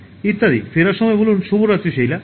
" ইত্যাদি ফেরার সময় বলুন "শুভরাত্রি শেইলা